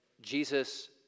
Jesus